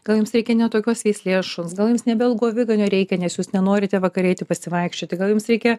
gal jums reikia ne tokios veislės šuns gal jums ne belgų aviganio reikia nes jūs nenorite vakare eiti pasivaikščioti gal jums reikia